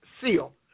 seal